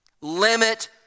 Limit